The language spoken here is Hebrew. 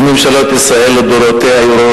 אם ממשלות ישראל לדורותיהן היו רואות